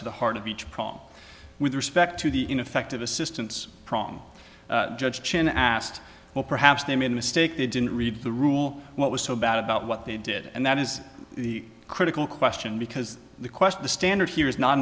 to the heart of each prong with respect to the ineffective assistance program judge chin asked or perhaps they made a mistake they didn't read the rule what was so bad about what they did and that is the critical question because the question the standard here is not